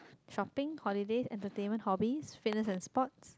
shopping holiday entertainment hobbies fitness and sports